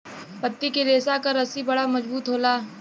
पत्ती के रेशा क रस्सी बड़ा मजबूत होला